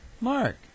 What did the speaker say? Mark